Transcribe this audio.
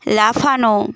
লাফানো